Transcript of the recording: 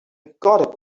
got